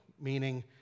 meaning